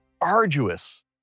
arduous